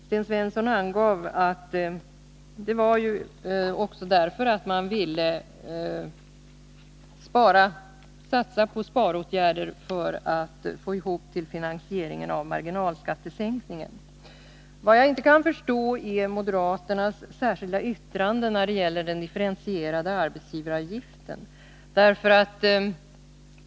Sten Svensson angav att man ville satsa på sparåtgärder för att få ihop till finansieringen till marginalskattesänkningen. Vad jag inte kan förstå är moderaternas särskilda yttrande när det gäller den differentierade arbetsgivaravgiften.